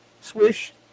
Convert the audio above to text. swish